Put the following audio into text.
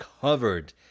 covered